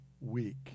week